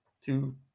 two